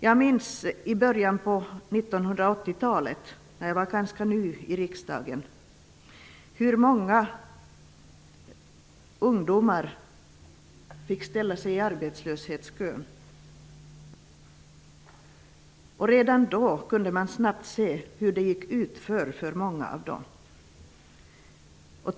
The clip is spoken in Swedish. Jag minns i början av 1980-talet, när jag var ganska ny i riksdagen, hur många ungdomar fick ställa sig i arbetslöshetskön. Redan då kunde man snabbt se hur det gick utför för många av dem.